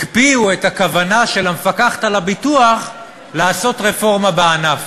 הקפיאו את הכוונה של המפקחת על הביטוח לעשות רפורמה בענף,